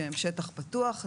שהם שטח פתוח,